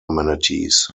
manatees